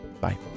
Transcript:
Bye